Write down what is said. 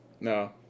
No